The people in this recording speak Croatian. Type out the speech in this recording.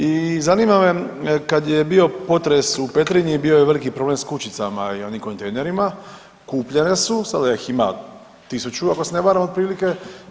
I zanima me kad je bio potres u Petrinji bio je veliki problem s kućicama i onim kontejnerima, kupljene su, sada ih ima 1.000 ako se ne varam otprilike.